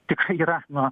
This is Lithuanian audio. tikrai yra na